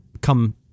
come